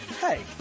Hey